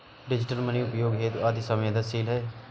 digital money उपयोग हेतु अति सवेंदनशील है